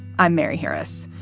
i'm mary harris.